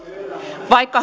vaikka